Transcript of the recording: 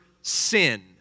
sin